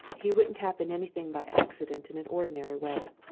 he wouldn't happen anything by accident in an ordinary way.